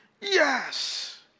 Yes